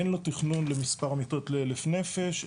אין לו תכנון למספר המיטות לאלף נפש,